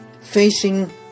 Facing